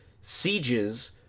sieges